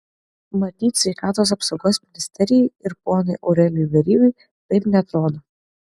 matyt sveikatos apsaugos ministerijai ir ponui aurelijui verygai taip neatrodo